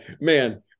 man